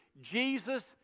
Jesus